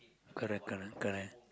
correct correct correct